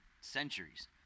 centuries